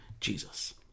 Jesus